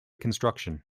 construction